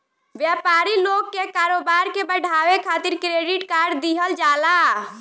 व्यापारी लोग के कारोबार के बढ़ावे खातिर क्रेडिट कार्ड दिहल जाला